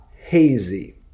hazy